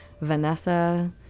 Vanessa